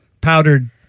powdered